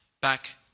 back